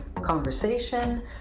conversation